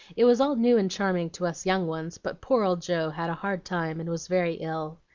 it was all new and charming to us young ones, but poor old joe had a hard time, and was very ill.